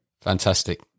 Fantastic